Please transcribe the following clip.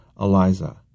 Eliza